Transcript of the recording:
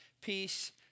peace